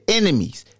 enemies